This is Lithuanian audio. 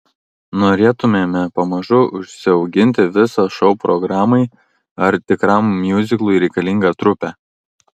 norėtumėme pamažu užsiauginti visą šou programai ar tikram miuziklui reikalingą trupę